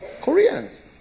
Koreans